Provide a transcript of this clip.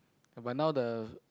but now the